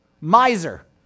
Miser